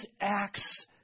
acts